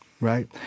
Right